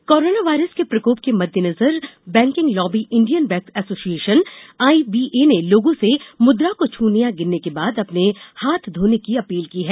bank appeal corona virus के प्रकोप के मद्देनजर banking lobby Indian banks association IBA ने लोगों से मुद्रा को छने या गिनने के बाद अपने हाथ धोने की अपील की है